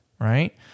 right